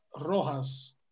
rojas